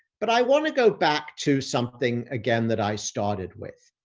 but i want to go back to something again that i started with.